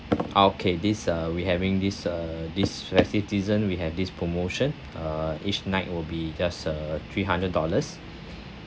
okay this uh we having this uh this we have this promotion uh each night will be just uh three hundred dollars